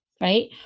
right